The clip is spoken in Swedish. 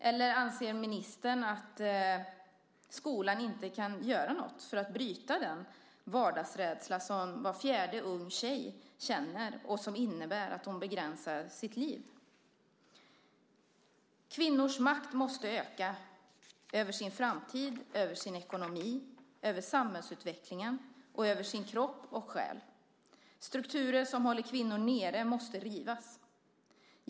Eller anser ministern att skolan inte kan göra något för att bryta den vardagsrädsla som var fjärde ung tjej känner och som innebär att hon begränsar sitt liv? "Kvinnors makt måste öka - över sin framtid, över sin ekonomi, över samhällsutvecklingen och över sin kropp och själ. Strukturer som håller kvinnor nere måste rivas."